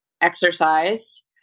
exercise